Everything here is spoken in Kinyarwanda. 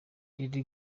lady